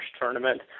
tournament